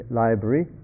library